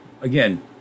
again